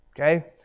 Okay